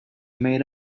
meet